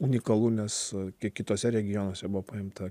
unikalu nes kiek kituose regionuose buvo paimta